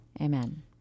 Amen